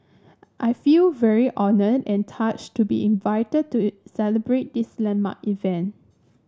I feel very honoured and touched to be invited to celebrate this landmark event